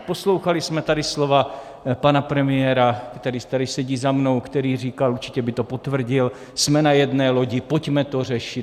Poslouchali jsme tady slova pana premiéra, který tady sedí za mnou, který říkal určitě by to potvrdil: Jsme na jedné lodi, pojďme to řešit...